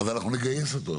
אז נגייס אותו.